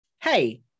hey